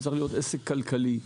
צריך להיות עסק כלכלי,